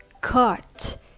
cut